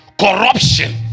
Corruption